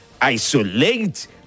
isolate